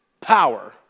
power